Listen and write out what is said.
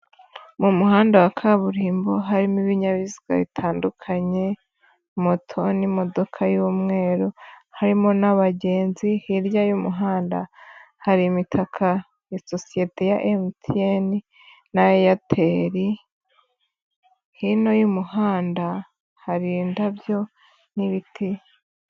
Mu muhanda wa kaburimbo harimo ibinyabiziga bitandukanye, moto n'imodoka y'umweru harimo n'abagenzi. Hirya y'umuhanda hari imitaka ya sosiyete ya MTN na Airtel, hino y'umuhanda hari indabyo n'ibiti.